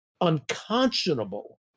unconscionable